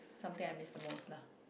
something I miss the most lah